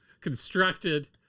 constructed